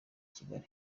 kigali